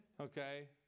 Okay